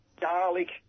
garlic